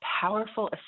powerful